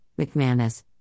McManus